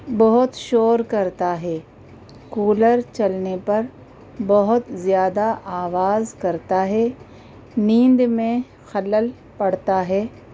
بہت شور کرتا ہے کولر چلنے پر بہت زیادہ آواز کرتا ہے نیند میں خلل پڑتا ہے